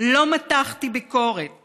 לא מתחתי ביקורת